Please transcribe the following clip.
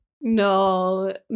no